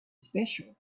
special